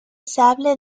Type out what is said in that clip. sable